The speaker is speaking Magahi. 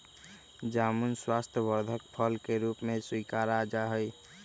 जामुन स्वास्थ्यवर्धक फल के रूप में स्वीकारा जाहई